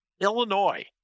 Illinois